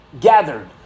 gathered